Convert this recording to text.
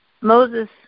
Moses